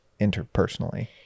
interpersonally